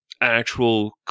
actual